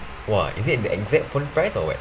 !wah! is it the exact phone price or what